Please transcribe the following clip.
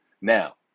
Now